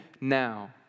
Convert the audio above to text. now